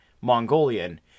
Mongolian